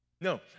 No